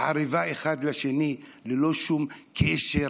ערבים אחד לשני ללא שום קשר לדת,